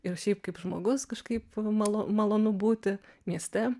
ir šiaip kaip žmogus kažkaip malo malonu būti mieste